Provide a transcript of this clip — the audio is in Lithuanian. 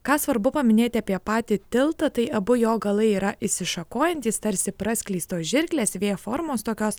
ką svarbu paminėti apie patį tiltą tai abu jo galai yra išsišakojantys tarsi praskleistos žirklės v formos tokios